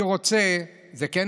אני רוצה, זה לא נכון.